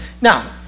Now